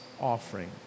offering